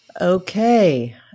Okay